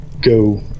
go